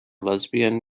lesbian